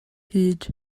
hud